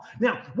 Now